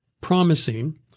promising